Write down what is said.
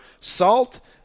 salt